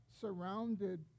surrounded